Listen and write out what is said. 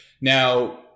Now